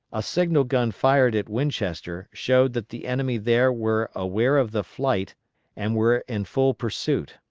a signal-gun fired at winchester showed that the enemy there were aware of the flight and were in full pursuit.